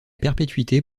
perpétuité